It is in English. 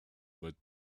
but